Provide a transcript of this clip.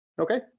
Okay